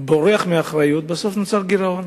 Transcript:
בורח מאחריות, בסוף נוצר גירעון.